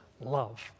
love